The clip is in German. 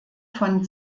von